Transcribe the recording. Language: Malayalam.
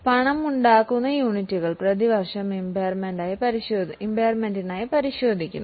പണമുണ്ടാക്കുന്ന യൂണിറ്റുകൾ പ്രതിവർഷം ഇമ്പയർമെൻറ് പരിശോധിക്കുന്നു